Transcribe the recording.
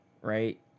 right